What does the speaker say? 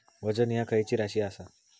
वजन ह्या खैची राशी असा?